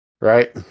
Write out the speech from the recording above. Right